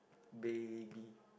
baby